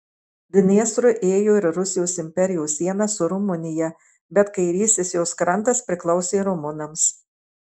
dniestru ėjo ir rusijos imperijos siena su rumunija bet kairysis jos krantas priklausė rumunams